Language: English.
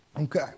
Okay